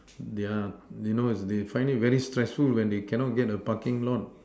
their they know they find it very stressful when they cannot get a parking lot